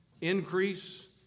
increase